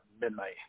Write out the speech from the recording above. midnight